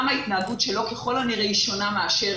גם ההתנהגות שלו ככל הנראה היא שונה מאשר